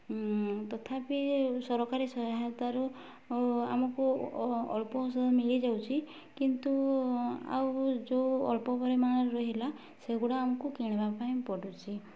ତଥାପି ସରକାରୀ ସହାୟତାରୁ ଆମକୁ ଅଳ୍ପ ଔଷଧ ମିଳିଯାଉଛି କିନ୍ତୁ ଆଉ ଯେଉଁ ଅଳ୍ପ ପରିମାଣରେ ରହିଲା ସେଇଗୁଡ଼ା ଆମକୁ କିଣିବା ପାଇଁ ପଡ଼ୁଛି